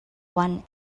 one